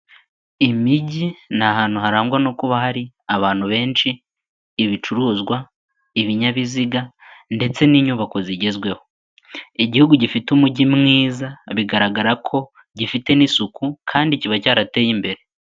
Imijyi ni ahantu harangwa no kuba hari abantu benshi, ibicuruzwa, ibinyabiziga, ndetse n'inyubako zigezweho. Igihugu gifite Umujyi mwiza bigaragara ko gifite n'isuku, kandi kiba cyarateye imbere.